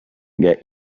get